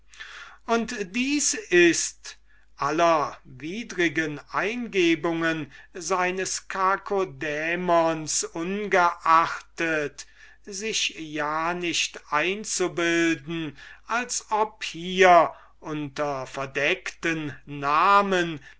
und dies ist sich aller widrigen eingebungen seines kakodämons ungeachtet ja nicht einzubilden als ob hier unter verdeckten namen